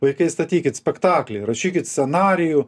vaikai statykit spektaklį rašykit scenarijų